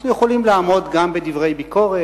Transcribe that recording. אנחנו יכולים לעמוד גם בדברי ביקורת,